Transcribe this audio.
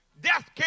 death